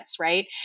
right